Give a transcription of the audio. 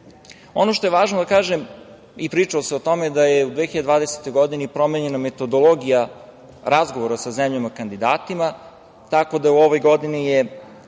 što je važno da kažem i pričao sam o tome da je u 2020. godini promenjena metodologija razgovora sa zemljama kandidatima, tako da u ovoj godini je